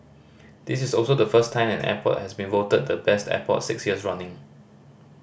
this is also the first time an airport has been voted the Best Airport six years running